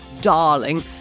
darling